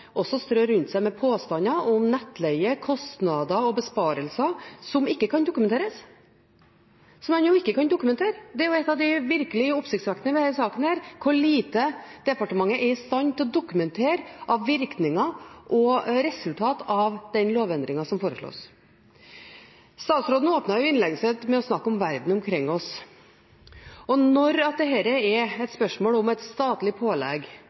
også ganske oppsiktsvekkende at statsråden strør rundt seg med påstander om nettleie, kostnader og besparelser, som man ikke kan dokumentere. Det er noe av det virkelig oppsiktsvekkende ved denne saken, hvor lite departementet er i stand til å dokumentere virkninger og resultater av den lovendringa som foreslås. Statsråden åpnet innlegget sitt med å snakke om verden omkring oss. Når dette er et spørsmål om et statlig pålegg,